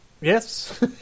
Yes